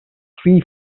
three